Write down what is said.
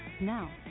Now